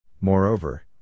Moreover